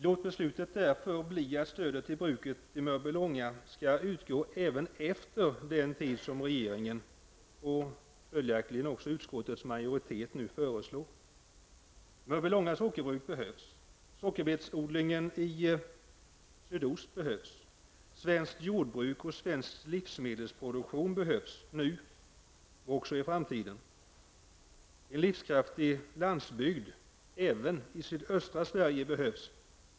Låt beslutet därför bli att stödet till bruket i Mörbylånga skall utgå även efter den tid som regeringen och följaktligen också utskottets majoritet föreslår. Mörbylånga sockerbruk behövs. Sockerbetsodlingen i sydost behövs. Svenskt jordbruk och svensk livsmedelsproduktion behövs -- nu och även i framtiden. En livskraftig landsbygd behövs -- även i sydöstra Sverige.